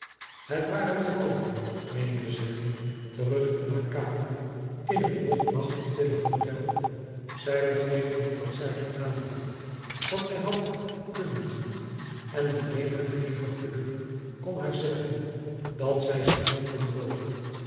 het waren droomen meende zij terug in haar kamer in het nog nachtstille hotel zij begreep niet wat zij gedaan had wat zij had kunnen doen en alleen haar hevig geluk kon haar zeggen dat zij zich niet bedroog